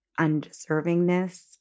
undeservingness